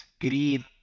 green